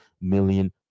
million